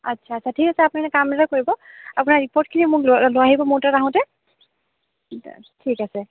আচ্ছা আচ্ছা ঠিক আছে আপুনি এটা কাম এটা কৰিব আপোনাৰ ৰিপ'ৰ্টখিনি মোক লৈ আহিব মোৰ তাত আহোঁতে তেতিয়া ঠিক আছে